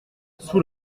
sous